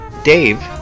Dave